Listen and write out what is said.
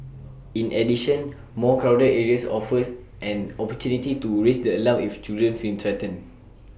in addition more crowded areas offers an opportunity to raise the alarm if children feel threatened